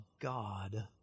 God